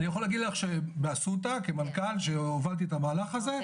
אני יכול להגיד לך שבאסותא כמנכ"ל שהובלתי את המהלך הזה,